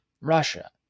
Russia